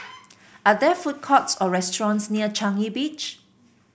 are there food courts or restaurants near Changi Beach